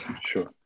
sure